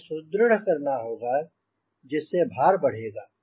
इसे सुदृढ़ करना होगा जिससे भार बढ़ेगा